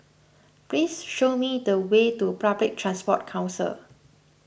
please show me the way to Public Transport Council